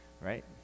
right